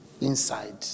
inside